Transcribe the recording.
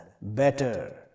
better